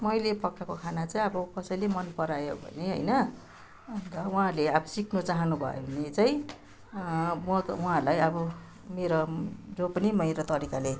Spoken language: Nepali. मैले पकाको खाना चै आब कसैले मनपरायो भने हैन अन्त उहाँहरूले अब सिक्न चाहनु भयो भने चाहिँ म त उहाँहरूलाई मेरो जो पनि मेरो तरिकाले